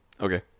Okay